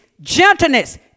gentleness